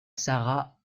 sara